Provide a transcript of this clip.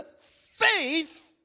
faith